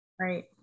right